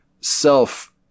self